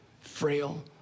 frail